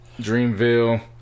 Dreamville